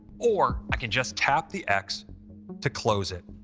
or i can just tap the x to close it.